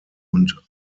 und